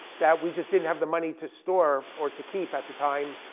that we just didn't have the money to store, or to keep at the time.